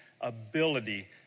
ability